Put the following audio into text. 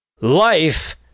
Life